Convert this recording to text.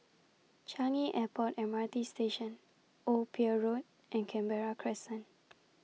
Changi Airport M R T Station Old Pier Road and Canberra Crescent